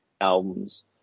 albums